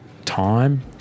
time